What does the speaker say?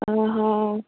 ଅହ